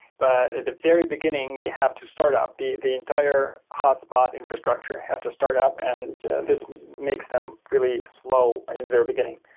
but at the very beginning, they have to startup. the the entire hotspot infrastructure have to startup and this makes them really slow in the very beginning.